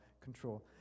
control